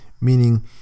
meaning